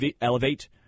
elevate